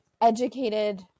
educated